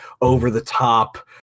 over-the-top